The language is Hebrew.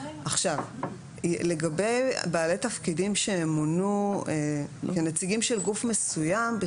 לגבי בעלי תפקידים שמונו כנציגים של גוף מסוים,